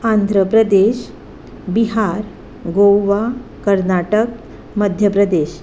Andhra Pradesh Bihar Goa Karnataka Madhya Pradesh